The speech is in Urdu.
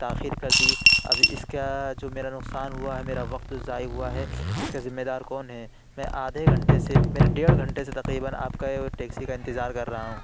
تاخیر كردی اب اس کا جو میرا نقصان ہوا ہے میرا وقت ضائع ہوا ہے اس کا ذمہ دار کون ہے میں آدھے گھنٹے سے میرے ڈیڑھ گھنٹے سے تقریباً آپ كا ٹیكسی كا انتظار کر رہا ہوں